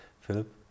Philip